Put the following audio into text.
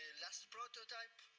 last prototype,